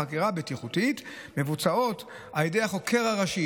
חקירות בטיחותיות מבוצעות על ידי החוקר הראשי,